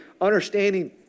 understanding